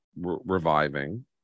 reviving